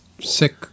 sick